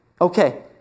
Okay